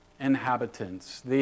inhabitants